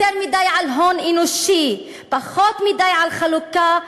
יותר מדי על הון אנושי, פחות מדי על חלוקה,